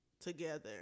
together